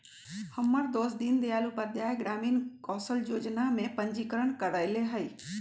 हमर दोस दीनदयाल उपाध्याय ग्रामीण कौशल जोजना में पंजीकरण करएले हइ